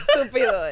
Estúpido